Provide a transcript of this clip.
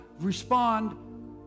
respond